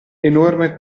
enorme